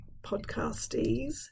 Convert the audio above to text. podcastees